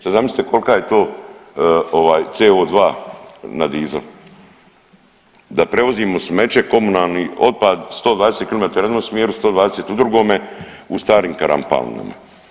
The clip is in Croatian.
Sad zamislite kolika je to CO2 na dizel, da prevozimo smeće, komunalni otpad 120km u jednom smjeru 120 u drugome u starim karampalinama.